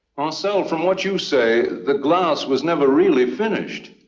marcel, from what you say, the glass was never really finished.